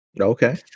Okay